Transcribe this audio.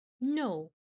No